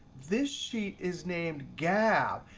this sheet is named gab.